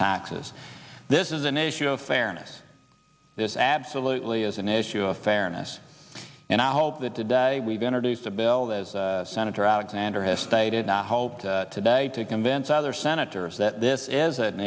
taxes this is an issue of fairness this absolutely is an issue of fairness and i hope that today we've been reduced a bill that senator alexander has stated i hope today to convince other senators that this is an